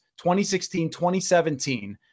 2016-2017